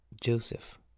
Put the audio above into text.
Joseph